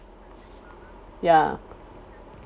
ya